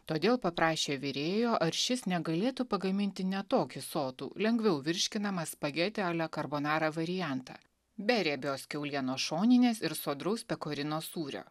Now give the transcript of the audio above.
todėl paprašė virėjo ar šis negalėtų pagaminti ne tokį sotų lengviau virškinamą spageti a ls karbonara variantą be riebios kiaulienos šoninės ir sodraus pekorino sūrio